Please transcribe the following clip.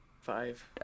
five